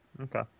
Okay